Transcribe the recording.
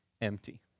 empty